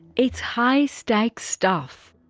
it's high stakes stuff.